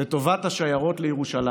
לטובת השיירות לירושלים,